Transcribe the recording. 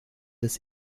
des